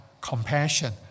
compassion